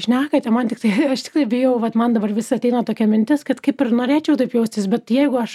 šnekate man tiktai aš tikrai bijau vat man dabar vis ateina tokia mintis kad kaip ir norėčiau taip jaustis bet jeigu aš